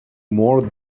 more